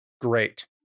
Great